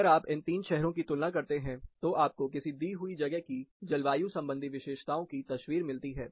अगर आप इन तीन शहरों की तुलना करते हैं तो आपको किसी दी हुई जगह की जलवायु संबंधी विशेषताओं की तस्वीर मिलती है